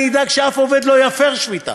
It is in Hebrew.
אני אדאג שאף עובד לא יפר שביתה,